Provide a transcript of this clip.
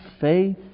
faith